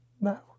no